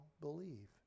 believe